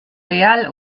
real